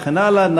וכן הלאה.